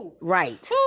right